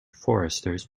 foresters